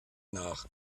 nach